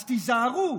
אז תיזהרו,